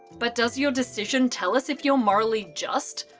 but does your decision tell us if you're morally just?